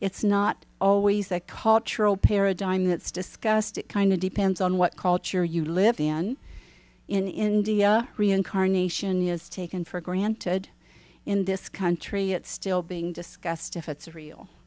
it's not always the cultural paradigm that's discussed it kind of depends on what culture you live in in india reincarnation is taken for granted in this country it's still being discussed if it's real